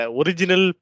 original